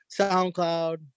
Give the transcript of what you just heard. soundcloud